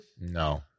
No